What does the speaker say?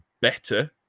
better